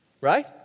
right